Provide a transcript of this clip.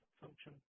function